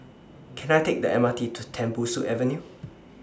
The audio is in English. Can I Take The M R T to Tembusu Avenue